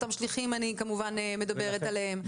אותם שליחים אני כמובן מדברת עליהם,